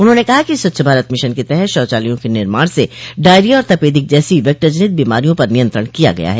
उन्होंने कहा कि स्वच्छ भारत मिशन के तहत शौचालयों के निर्माण से डायरिया और तपेदिक जैसी वेक्टरजनित बीमारियों पर नियंत्रण किया गया है